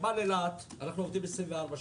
בנמל אילת אנחנו עובדים 24 שעות.